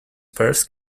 first